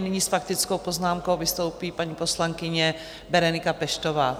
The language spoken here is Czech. Nyní s faktickou poznámkou vystoupí paní poslankyně Berenika Peštová.